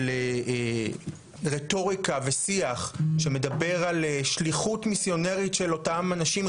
של רטוריקה ושיח שמדבר על שליחות מיסיונרית של אותם אנשים,